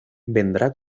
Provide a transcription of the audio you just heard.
vendrá